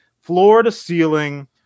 floor-to-ceiling